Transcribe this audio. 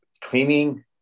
cleaning